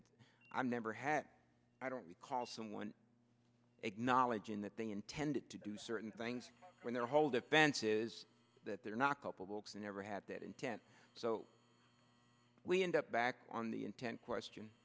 but i never had i don't recall someone acknowledging that they intended to do certain things when their whole defense is that they're not culpable and never had that intent so we end up back on the intent question